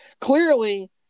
clearly